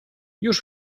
już